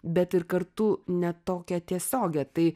bet ir kartu ne tokią tiesiogią tai